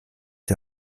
die